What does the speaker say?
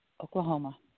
Oklahoma